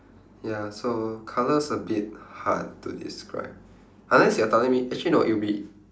ya so colour's a bit hard to describe unless you are telling me actually no it'll be